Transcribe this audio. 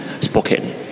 spoken